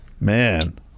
Man